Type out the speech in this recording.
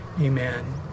amen